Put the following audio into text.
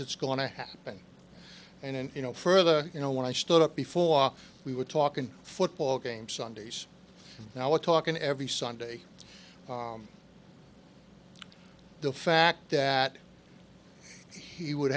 it's going to happen and you know further you know when i stood up before we were talking football game sundays now we're talking every sunday the fact that he would